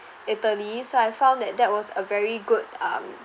italy so I found that that was a very good um